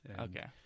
Okay